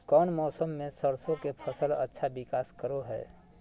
कौन मौसम मैं सरसों के फसल अच्छा विकास करो हय?